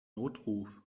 notruf